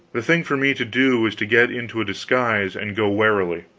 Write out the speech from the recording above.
the thing for me to do was to get into a disguise, and go warily.